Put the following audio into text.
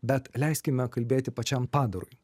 bet leiskime kalbėti pačiam padarui